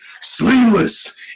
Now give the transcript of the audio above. sleeveless